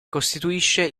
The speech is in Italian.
costituisce